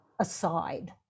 aside